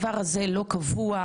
הדבר הזה לא קבוע,